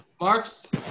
Marks